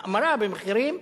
האמרה במחירים,